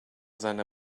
seine